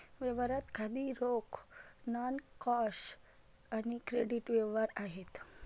व्यवहार खाती रोख, नॉन कॅश आणि क्रेडिट व्यवहार आहेत